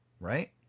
Right